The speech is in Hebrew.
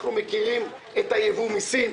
אנחנו מכירים את הייבוא מסין,